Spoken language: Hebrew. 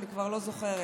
אני כבר לא זוכרת,